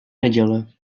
neděle